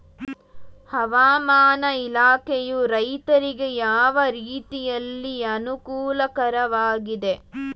ಹವಾಮಾನ ಇಲಾಖೆಯು ರೈತರಿಗೆ ಯಾವ ರೀತಿಯಲ್ಲಿ ಅನುಕೂಲಕರವಾಗಿದೆ?